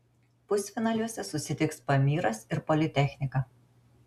pusfinaliuose susitiks pamarys ir politechnika